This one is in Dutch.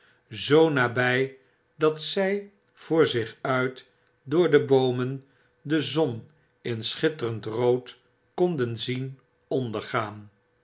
zoo naby dat zy voor zich uit door de boomen de zon in schitterend rood konden zien ondergaan